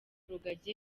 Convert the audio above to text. rugagi